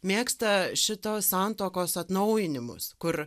mėgsta šitos santuokos atnaujinimus kur